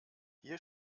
hier